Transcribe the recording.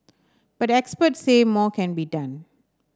but experts say more can be done